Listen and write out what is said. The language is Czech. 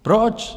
Proč?